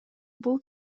бул